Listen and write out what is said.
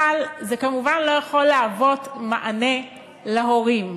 אבל זה כמובן לא יכול להוות מענה להורים.